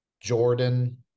Jordan